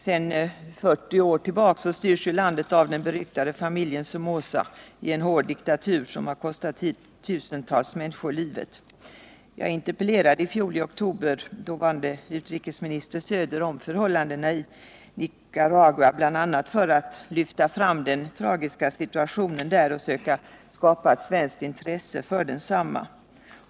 Sedan 40 år styrs landet av den beryktade familjen Somoza i en hård diktatur, som har kostat tusentals människor livet. Jag interpellerade i oktober i fjol dåvarande utrikesministern Söder om förhållandena i Nicaragua, bl.a. för att lyfta fram den tragiska situationen där och söka skapa ett svenskt intresse för densamma.